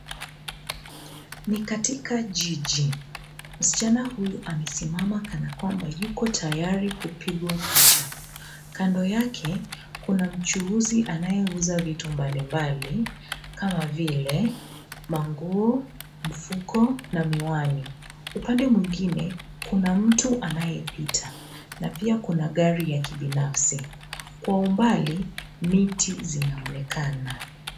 Ni katika jiji msichana huyu amesimama kana kwamba yuko tayari kupigwa picha. Kando yake kuna mchuuzi anayeuza vitu mbalimbali kama vile manguo, mfuko na miwani. Upande mwingine kuna mtu anayepita na pia kuna gari ya kibinafsi. Kwa umbali miti zinaonekana.